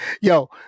Yo